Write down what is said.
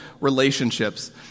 relationships